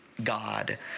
God